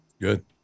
Good